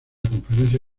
conferencia